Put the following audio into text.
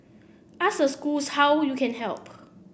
ask the schools how you can help